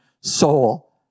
soul